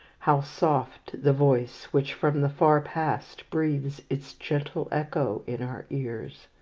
how soft the voice which from the far past breathes its gentle echo in our ears.